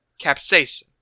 Capsaicin